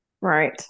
Right